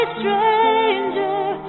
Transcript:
stranger